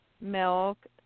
milk